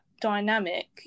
dynamic